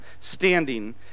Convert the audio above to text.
standing